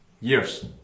years